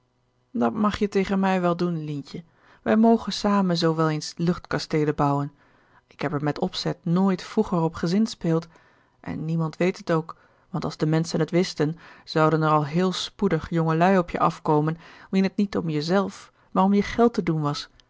dat mag je tegen mij wel doen lientje wij mogen zamen zoo wel eens luchtkasteelen bouwen ik heb er met opzet nooit vroeger op gezinspeeld en niemand weet het ook want als de menschen het wisten zouden er al heel spoedig jongelui op je afkomen wien het niet om je zelf maar om je geld te doen was